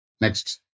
Next